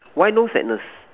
why no sadness